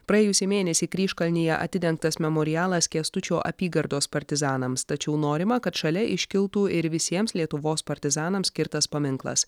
praėjusį mėnesį kryžkalnyje atidengtas memorialas kęstučio apygardos partizanams tačiau norima kad šalia iškiltų ir visiems lietuvos partizanams skirtas paminklas